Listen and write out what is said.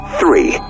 three